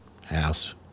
house